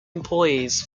employees